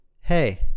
Hey